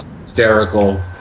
hysterical